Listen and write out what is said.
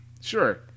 Sure